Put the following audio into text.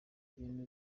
ibintu